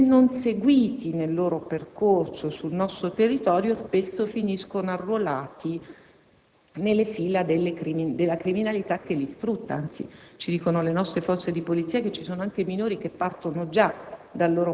se non seguiti nel loro percorso sul nostro territorio, spesso finiscono arruolati nelle fila delle criminalità che li sfrutta. Anzi, le nostre Forze di polizia ci dicono che alcuni minori partono dal